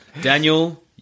Daniel